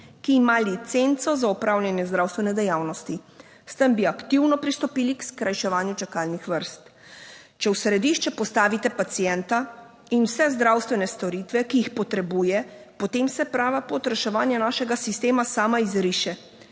ki ima licenco za opravljanje zdravstvene dejavnosti. S tem bi aktivno pristopili k skrajševanju čakalnih vrst. Če v središče postavite pacienta in vse zdravstvene storitve, ki jih potrebuje, potem se prava pot reševanja našega sistema sama izriše.